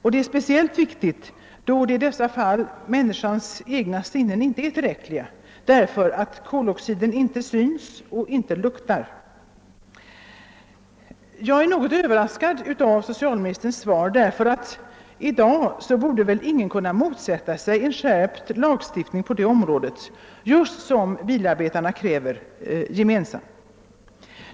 Detta är spe >iellt viktigt, då människans egna sinnen i detta fall inte är tillräckliga eftersom koloxiden inte syns och inte luktar. Jag är något överraskad av socialministerns svar, ty i dag borde väl ingen kunna motsätta sig en skärpt lagstiftning på detta område, just så som bilarbetarna gemensamt kräver.